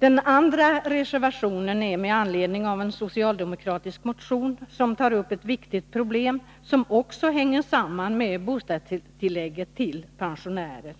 Den andra reservationen har föranletts av en socialdemokratisk motion, som tar upp ett viktigt problem som också hänger samman med bostadstilllägget till pensionärer. I